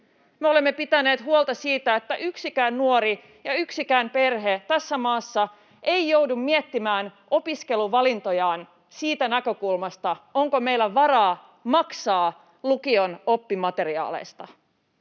Me olemme pitäneet huolta siitä, että yksikään nuori ja yksikään perhe tässä maassa ei joudu miettimään opiskeluvalintojaan siitä näkökulmasta, onko meillä varaa maksaa lukion oppimateriaaleista,